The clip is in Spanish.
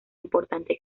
importante